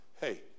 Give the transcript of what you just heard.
Hey